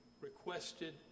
requested